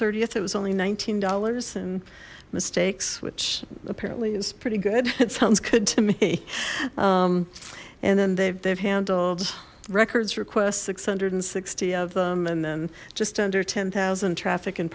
th it was only nineteen dollars and mistakes which apparently is pretty good it sounds good to me and then they've they've handled records requests six hundred and sixty of them and then just under ten thousand traffic and